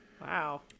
Wow